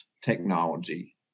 technology